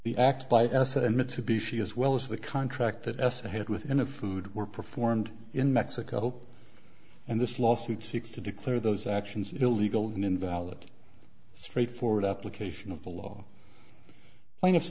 and mitsubishi as well as the contract that s ahead within a food were performed in mexico and this lawsuit seeks to declare those actions illegal and invalid straightforward application of the law plaintiffs